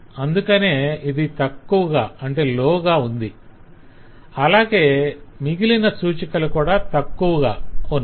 అందుకనే ఇది ఇంకా తక్కువగానే 'low' ఉంది అలాగే మిగిలిన సూచికలు కూడా తక్కువగా 'low' ఉన్నాయి